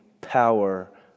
power